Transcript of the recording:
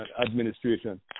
administration